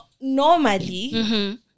normally